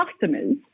customers